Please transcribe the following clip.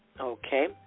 Okay